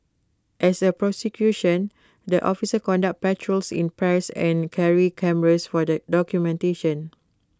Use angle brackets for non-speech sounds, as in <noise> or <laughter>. as A <unintelligible> the officers conduct patrols in pairs and carry cameras for the documentation